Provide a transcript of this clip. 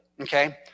Okay